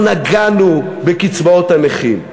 לא נגענו בקצבאות הנכים.